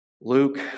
Luke